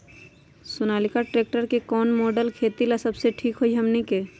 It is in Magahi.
सोनालिका ट्रेक्टर के कौन मॉडल खेती ला सबसे ठीक होई हमने की?